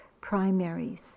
primaries